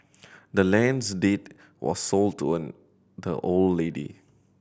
the land's deed was sold to an the old lady